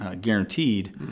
guaranteed